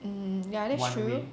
ya that's true